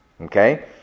Okay